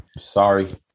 sorry